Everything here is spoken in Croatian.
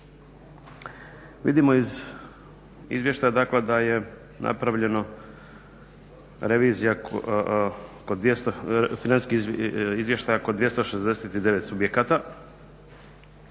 Vidimo iz izvještaja, dakle da je napravljeno revizija financijskih izvještaja kod 269 subjekata.